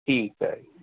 ਠੀਕ ਹੈ